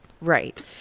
Right